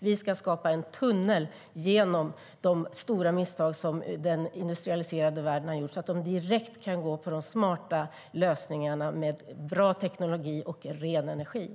Vi ska skapa en tunnel genom de stora misstag som den industrialiserade världen har gjort så att de kan gå direkt på de smarta lösningarna med bra teknologi och ren energi.